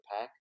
pack